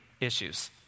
issues